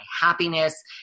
happiness